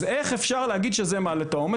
אז איך אפשר להגיד שזה מעלה את העומס,